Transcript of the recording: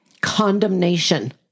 Condemnation